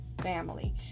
family